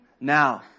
now